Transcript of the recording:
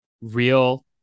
real